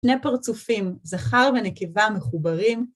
שני פרצופים, זכר ונקבה מחוברים.